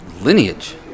lineage